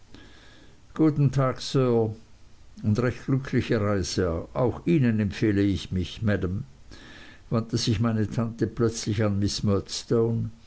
guten tag sir und recht glückliche reise auch ihnen empfehle ich mich maam wandte sich meine tante plötzlich an